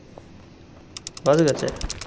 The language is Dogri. बस करचै